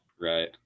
Right